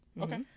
Okay